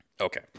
Okay